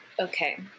okay